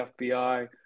FBI